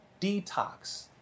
detox